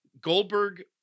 Goldberg